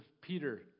Peter